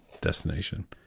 destination